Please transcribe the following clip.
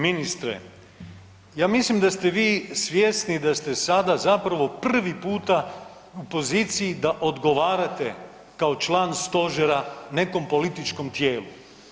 Uvaženi ministre, ja mislim da ste vi svjesni da ste sada zapravo prvi puta u poziciji da odgovarate kao član Stožera nekom političkom tijelu.